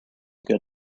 good